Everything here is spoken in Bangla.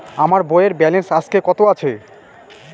আমার বইয়ের ব্যালেন্স আজকে কত আছে?